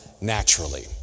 naturally